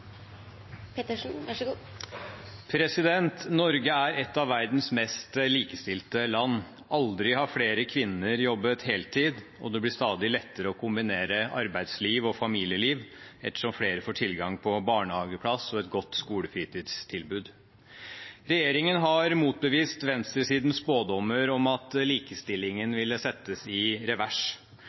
et av verdens mest likestilte land. Aldri har flere kvinner jobbet heltid, og det blir stadig lettere å kombinere arbeidsliv og familieliv ettersom flere får tilgang på barnehageplass og et godt skolefritidstilbud. Regjeringen har motbevist venstresidens spådommer om at likestillingen ville settes i revers: